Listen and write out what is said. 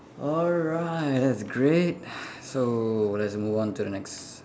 alright that's great so let's move on to the next